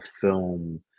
film